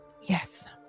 Yes